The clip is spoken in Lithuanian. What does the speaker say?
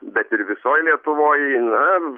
bet ir visoj lietuvoj na